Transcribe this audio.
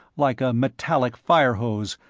like a metallic fire hose,